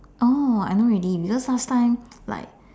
oh I know already because last time like